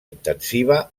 intensiva